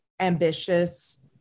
ambitious